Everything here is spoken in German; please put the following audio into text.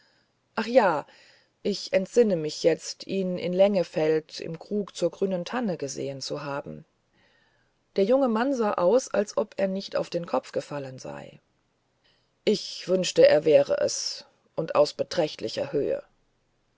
ach ja ich entsinne mich jetzt ihn in lengefeld im krug zur grünen tanne gesehen zu haben der junge mann sah aus als ob er nicht auf den kopf gefallen sei ich wünsche er wäre es und aus beträchtlicher höhe